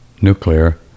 nuclear